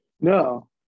No